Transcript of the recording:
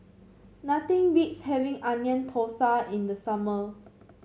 nothing beats having Onion Thosai in the summer